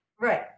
Right